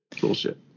Bullshit